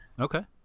Okay